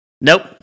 Nope